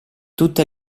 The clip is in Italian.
tutte